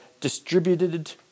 distributed